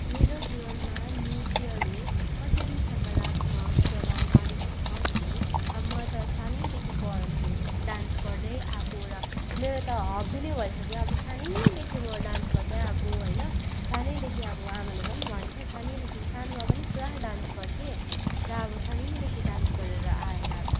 मेरो जिवनमा नृत्यले कसरी सकारात्मक प्रभाव पारेको छ भने अब म त सानैदेखि प डान्स गर्दै आएको र मेरो त हबी नै भइसक्यो अब सानैदेखि म डान्स गर्दैआएको होइन सानैदेखि अब आमाले पनि भन्छ सानैदेखि सानोमा पनि पुरा डान्स गर्थेँ र अब सानैदेखि डान्स गरेर आएर